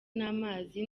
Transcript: n’amazi